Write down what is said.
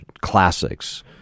classics